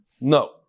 No